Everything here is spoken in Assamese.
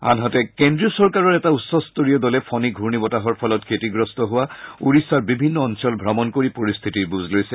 আনহাতে কেন্দ্ৰীয় চৰকাৰৰ এটা উচ্চ স্তৰীয় দলে ফনী ঘূৰ্ণী বতাহৰ ফলত ক্ষতিগ্ৰস্ত হোৱা ওড়িশাৰ বিভিন্ন অঞ্চল ভ্ৰমণ কৰি পৰিস্থিতিৰ বুজ লৈছে